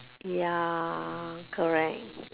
ya correct